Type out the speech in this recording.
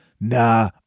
nah